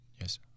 Yes